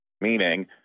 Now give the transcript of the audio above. Meaning